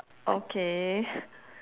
okay